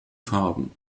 farben